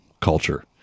culture